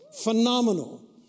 phenomenal